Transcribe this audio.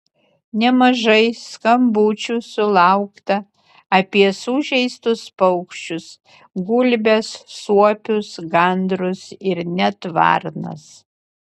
nemažai skambučių sulaukta apie sužeistus paukščius gulbes suopius gandrus ir net varnas